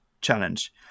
challenge